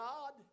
God